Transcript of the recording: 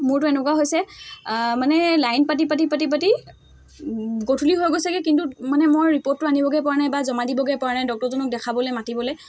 মোৰতো এনেকুৱা হৈছে মানে লাইন পাতি পাতি পাতি পাতি গধূলি হৈ গৈছেগৈ কিন্তু মানে মই ৰিপৰ্টটো আনিবগৈ পৰা নাই বা জমা দিবগৈ পৰা নাই ডক্টৰজনক দেখাবলৈ মাতিবলৈ